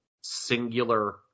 singular